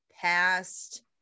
past